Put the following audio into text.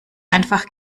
einfach